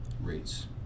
rates